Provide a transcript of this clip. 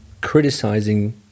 criticizing